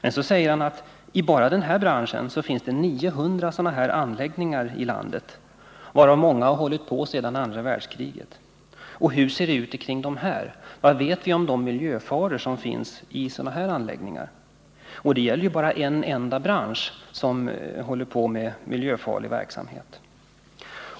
Men så säger han också att det bara i den här branschen finns 900 sådana anläggningar i landet, och vid många av anläggningarna har man hållit på med verksamheten sedan andra världskriget. Hur ser det ut kring dessa? Vad vet vi om de miljöfaror som finns i sådana här anläggningar? Och detta gäller ju bara en enda bransch som sysslar med miljöfarlig verksamhet.